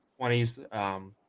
20s